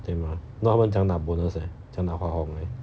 对吗 if not 他们怎样拿 bonus leh 怎样那花红